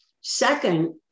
Second